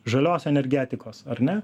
žalios energetikos ar ne